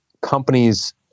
companies